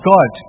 God